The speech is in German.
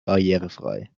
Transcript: barrierefrei